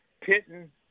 pitting